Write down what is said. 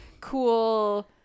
cool